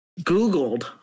Googled